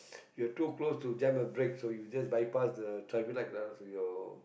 you are too close to jam a break so you just bypass the traffic light colours with your